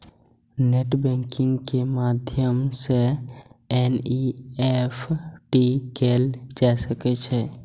net banking के माध्यम सं एन.ई.एफ.टी कैल जा सकै छै